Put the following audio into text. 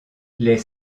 les